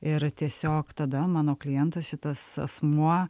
ir tiesiog tada mano klientas šitas asmuo